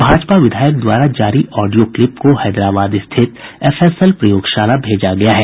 भाजपा विधायक द्वारा जारी आडियो क्लिप को हैदराबाद स्थित एफएसएल प्रयोगशाला भेजा गया है